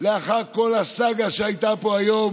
לאחר כל הסאגה שהייתה פה היום